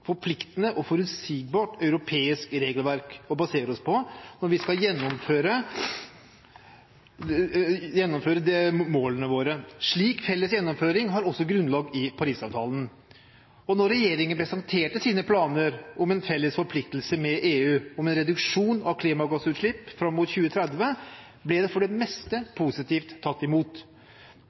forpliktende og forutsigbart europeisk regelverk å basere seg på når vi skal gjennomføre målene våre. Slik felles gjennomføring har også grunnlag i Paris-avtalen. Da regjeringen presenterte sine planer om en felles forpliktelse med EU om en reduksjon av klimagassutslipp fram mot 2030, ble det for det meste tatt positivt imot.